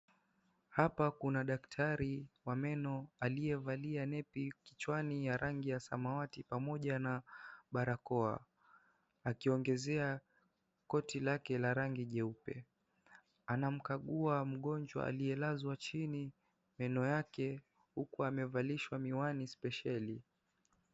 Hapa kuna daktari wa meno aliyevalia nepi kichwani ya rangi ya samawati pamoja na barakoa, akiongezea koti lake la rangi jeupe. Anamkagua mgonjwa aliyelazwa chini meno yake, huku amevalishwa miwani spesheli.